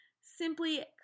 simply